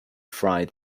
fry